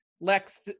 Lex